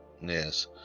Yes